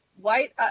white